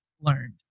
learned